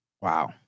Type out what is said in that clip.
Wow